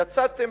יצאתם,